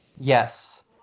Yes